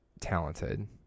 talented